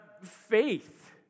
faith